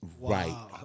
right